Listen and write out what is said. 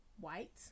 white